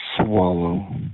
swallow